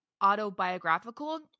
autobiographical